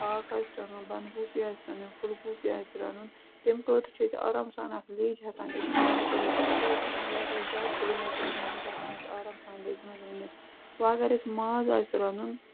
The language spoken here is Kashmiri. ہاکھ آسہِ رَنُن بَنٛدگوٗپی آسہِ رَنٕنۍ پھُلگوٗپی آسہِ رَنُن تَمہِ خٲطرٕ چھِ أسۍ آرام سان اَتھ لیٚج ہٮ۪کان اِستعمال کٔرِتھ تِکیٛازِ تِم چھِنہٕ واریاہ زیادٕ دٔرۍ آسان کیٚنٛہہ تِم چھِ ہٮ۪کان أسۍ آرام سان لیٚجہِ منٛز رٔنِتھ وۄنۍ اَگر اَسہِ ماز آسہِ رَنُن